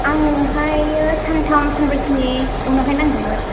आंनोहायो सान्थाम सानब्रैसोनि उनावहाय नांगौमोन